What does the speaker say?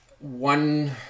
one